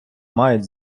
мають